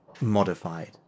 modified